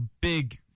big